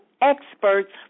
experts